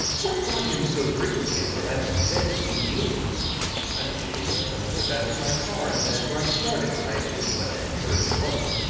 what brought him so frequently, as brolatsky said, to see hume i believe they'd have come over the back of my car even after i started, if i had given but an encouraging look.